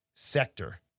Sector